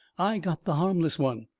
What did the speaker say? i got the harmless one.